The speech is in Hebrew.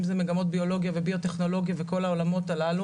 אם זה מגמות ביולוגיה וביו-טכנולוגיה וכל העולמות הללו,